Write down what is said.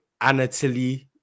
Anatoly